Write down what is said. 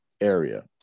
area